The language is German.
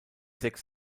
sechs